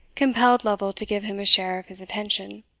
compelled lovel to give him a share of his attention